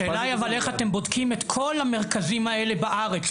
השאלה היא אבל איך אתם בודקים את כל המרכזים האלה בארץ,